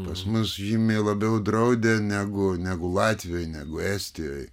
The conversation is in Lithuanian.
pas mus žymiai labiau draudė negu negu latvijoj negu estijoj